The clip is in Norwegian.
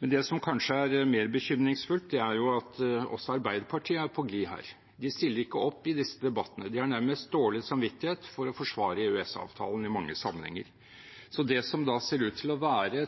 Men det som kanskje er mer bekymringsfullt, er at også Arbeiderpartiet er på glid her. De stiller ikke opp i disse debattene. De har nærmest dårlig samvittighet for å forsvare EØS-avtalen i mange sammenhenger. Så det som da ser ut til å være